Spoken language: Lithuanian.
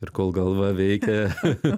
ir kol galva veikia